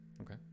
okay